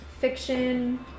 fiction